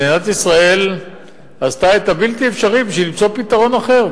מדינת ישראל עשתה את הבלתי-אפשרי בשביל למצוא פתרון אחר.